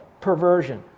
Perversion